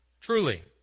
Truly